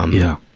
um yeah.